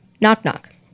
Knock-knock